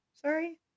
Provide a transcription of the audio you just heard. sorry